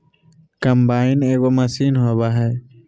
combine एगो machine होबा हइ